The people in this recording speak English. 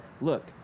Look